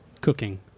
cooking